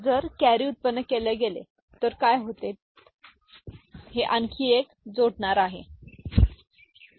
जर वाहून व्युत्पन्न केले गेले तर वाहून व्युत्पन्न होते काय होते हे आणखी एक जोडणारा आहे ठीक आहे